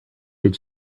did